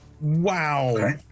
Wow